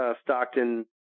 Stockton